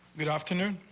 good afternoon.